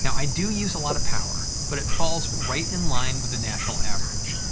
and i do use a lot of power, but it falls right in line with the national average.